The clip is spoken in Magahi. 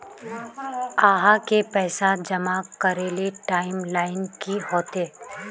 आहाँ के पैसा जमा करे ले टाइम लाइन की होते?